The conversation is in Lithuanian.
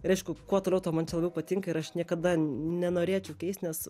ir aišku kuo toliau tuo man čia labiau patinka ir aš niekada nenorėčiau keist nes